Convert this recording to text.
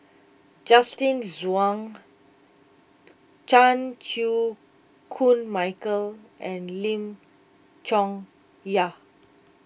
Justin Zhuang Chan Chew Koon Michael and Lim Chong Yah